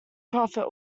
profit